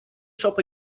shop